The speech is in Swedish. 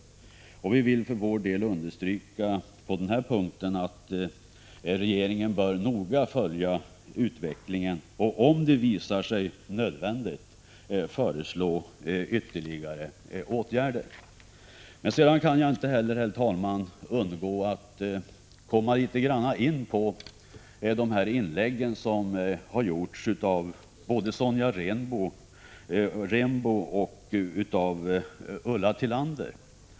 Utskottet vill på denna punkt understryka att regeringen noga bör följa utvecklingen och om det visar sig nödvändigt föreslå ytterligare åtgärder. Jag kan inte, herr talman, undgå att komma in litet på de inlägg som har gjorts av Sonja Rembo och Ulla Tillander.